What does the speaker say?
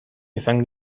izan